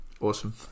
awesome